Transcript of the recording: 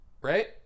right